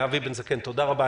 אבי בן זקן, תודה רבה.